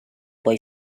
boy